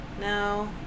No